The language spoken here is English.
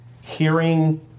hearing